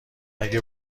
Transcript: اگه